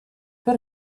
per